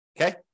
Okay